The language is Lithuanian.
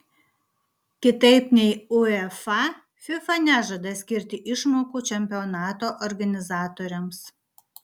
kitaip nei uefa fifa nežada skirti išmokų čempionato organizatoriams